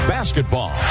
Basketball